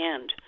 end